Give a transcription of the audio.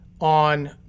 on